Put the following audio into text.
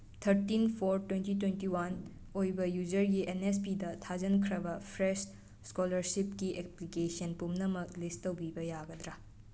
thirteen four twenty twenty one ꯑꯣꯏꯕ ꯌꯨꯖꯔꯒꯤ N S ꯄꯤꯗ ꯊꯥꯖꯤꯟꯈ꯭ꯔꯕ ꯐ꯭ꯔꯦꯁ ꯏꯁꯀꯣꯂꯥꯔꯁꯤꯞꯀꯤ ꯑꯦꯄ꯭ꯂꯤꯀꯦꯁꯟ ꯄꯨꯝꯅꯃꯛ ꯂꯤꯁ ꯇꯧꯕꯤꯕ ꯌꯥꯒꯗ꯭ꯔꯥ